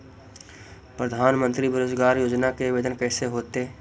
प्रधानमंत्री बेरोजगार योजना के आवेदन कैसे होतै?